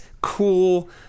cool